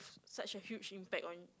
such a huge impact on